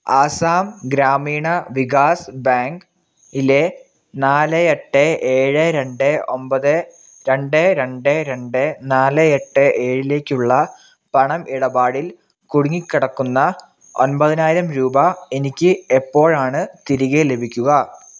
ആസാം ഗ്രാമീണ വികാസ് ബാങ്കിലെ നാല് എട്ട് ഏഴ് രണ്ട് ഒൻപത് രണ്ട് രണ്ട് രണ്ട് നാല് എട്ട് ഏഴിലേക്കുള്ള പണം ഇടപാടിൽ കുടുങ്ങിക്കിടക്കുന്ന ഒൻപതിനായിരം രൂപ എനിക്ക് എപ്പോഴാണ് തിരികെ ലഭിക്കുക